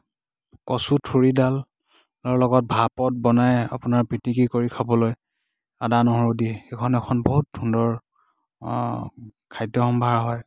কচুথুৰিডালৰ লগত ভাপত বনাই আপোনাৰ পিটিকি কৰি খাবলৈ আদা নহৰু দিয়েই সেইখন এখন বহুত সুন্দৰ খাদ্য সম্ভাৰ হয়